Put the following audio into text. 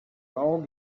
all